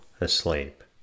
asleep